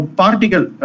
particle